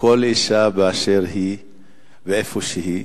כל אשה באשר היא ואיפה שהיא,